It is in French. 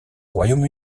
royaume